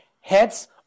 heads